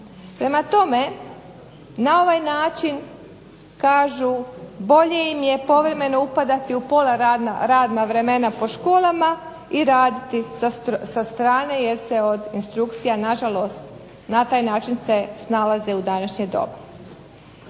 Prema tome na ovaj način kažu bolje im je povremeno upadati u pola radnih vremena po školama i raditi sa strane jer se od instrukcija nažalost na taj način se snalaze u današnje doba.